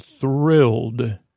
thrilled